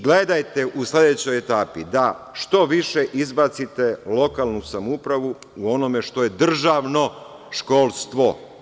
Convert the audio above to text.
Gledajte u sledećoj etapi da što više izbacite lokalnu samoupravu u onome što je državno školstvo.